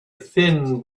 thin